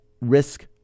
risk